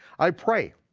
i pray,